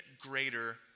greater